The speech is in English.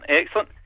excellent